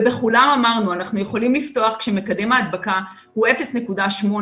ובכולם אמרנו שאנחנו יכולים לפתוח כשמקדם ההדבקה הוא 0.8,